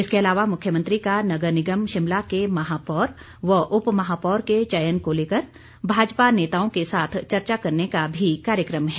इसके अलावा मुख्यमंत्री का नगर निगम शिमला के महापौर व उपमहापौर के चयन को लेकर भाजपा नेताओं के साथ चर्चा करने का भी कार्यक्रम है